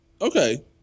Okay